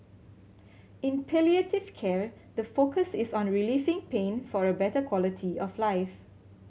in palliative care the focus is on relieving pain for a better quality of life